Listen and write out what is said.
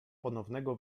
ponownego